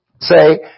say